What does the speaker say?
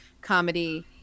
comedy